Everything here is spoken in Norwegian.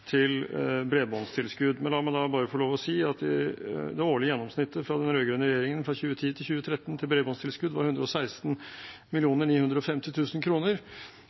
til bredbåndstilskudd. La meg da bare få lov til å si at det årlige gjennomsnittet fra den rød-grønne regjeringen fra 2010–2013 til bredbåndstilskudd var 116